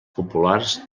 populars